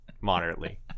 Moderately